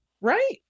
Right